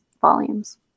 volumes